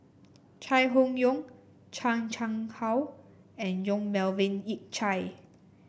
Chai Hon Yoong Chan Chang How and Yong Melvin Yik Chye